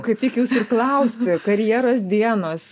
kaip tik jūsų ir klausti karjeros dienos